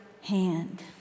hand